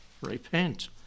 repent